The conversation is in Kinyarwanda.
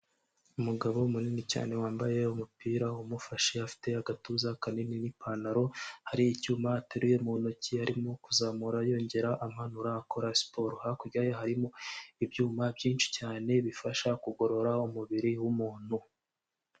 Umugabo munini cyane wambaye umupira umufashe, afite agatuza kanini n'ipantaro, hari icyuma ateruye mu ntoki arimo kuzamura yongera amanura akora siporo, hakurya ye harimo ibyuma byinshi cyane bifasha kugorora umubiri w'umuntu.